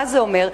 מה זה אומר?